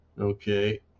Okay